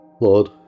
lord